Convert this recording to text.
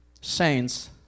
saints